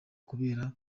kubera